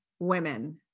women